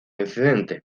incidente